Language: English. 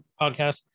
podcast